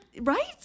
Right